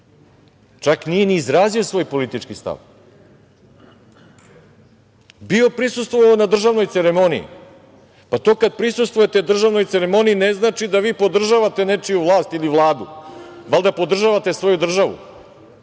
čak nije ni izrazio svoj politički stav. Prisustvovao je na državnoj ceremoniji. Kada prisustvujete državnoj ceremoniji, to ne znači da podržavate nečiju vlast ili vladu, valjda podržavate svoju državu.